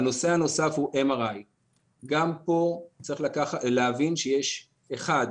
הנושא הנוסף הוא MRI. גם פה צריך להבין שיש שני